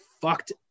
fucked